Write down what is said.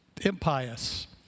impious